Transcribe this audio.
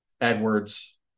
Edwards